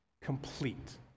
complete